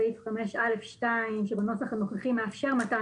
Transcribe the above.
סעיף 5(א)(2) שבנוסח הנוכחי מאפשר מתן